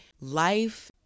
life